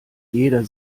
jeder